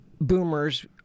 boomers